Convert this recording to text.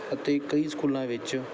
ਅਤੇ ਕਈ ਸਕੂਲਾਂ ਵਿੱਚ